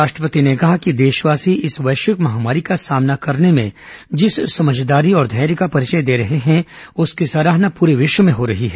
राष्ट्रपति ने कहा कि देशवासी इस वैश्विक महामारी का सामना करने में जिस समझदारी और धैर्य का परिचय दे रहे हैं उसकी सराहना पूरे विश्व में हो रही है